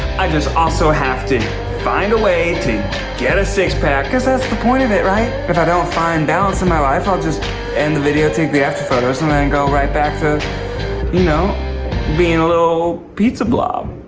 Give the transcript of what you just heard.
i just also have to find a way to get a six pack coz that's the point of it, right? if i don't find balance in my life, i'll just end the video, take the after photos, and then go right back to you know being a little pizza blob.